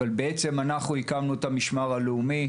אבל בעצם אנחנו אלה שהקימו את המשמר הלאומי.